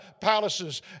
palaces